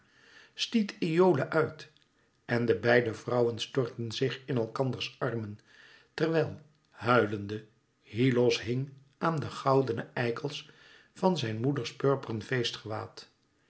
stiet iole uit en de beide vrouwen stortten zich in elkanders armen terwijl huilende hyllos hing aan de goudene eikels van zijn moeders